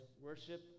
worship